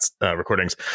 recordings